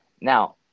Now